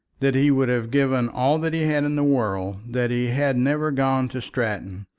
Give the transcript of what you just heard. that he would have given all that he had in the world that he had never gone to stratton.